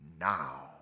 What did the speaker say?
Now